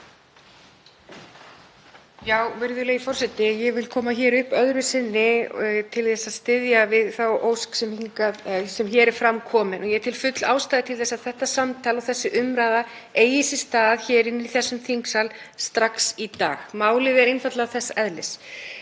Virðulegi forseti. Ég vil koma hér upp öðru sinni til að styðja við þá ósk sem hér er fram komin. Ég tel fulla ástæðu til að þetta samtal og þessi umræða eigi sér stað hér í þingsal strax í dag. Málið er einfaldlega þess eðlis.